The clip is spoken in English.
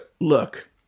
look